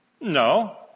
No